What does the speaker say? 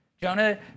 Jonah